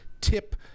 tip